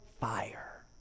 fire